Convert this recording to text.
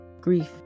grief